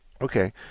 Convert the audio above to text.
okay